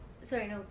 Sorry